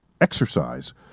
exercise